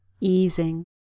easing